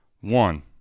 one